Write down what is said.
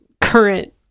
current